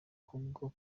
kubwo